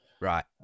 Right